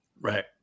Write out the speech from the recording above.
Right